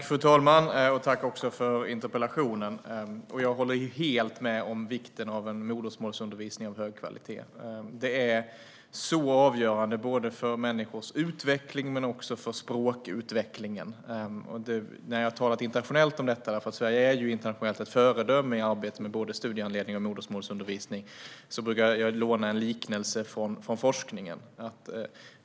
Fru talman! Tack för interpellationen! Jag håller helt med om vikten av modersmålsundervisning av hög kvalitet. Den är avgörande för människors utveckling och språkutveckling. Sverige är internationellt ett föredöme i arbetet med studiehandledning och modersmålsundervisning. När jag har talat i internationella sammanhang brukar jag låna en liknelse från forskningen.